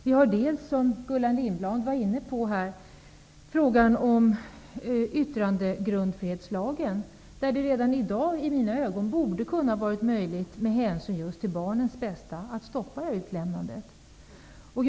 Det gäller, som Gullan Lindblad var inne på, yttrandefrihetslagen. Som jag ser det borde det redan i dag ha varit möjligt, med hänsyn till barnens bästa, att stoppa utlämnandet av dessa filmer.